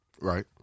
Right